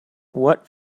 what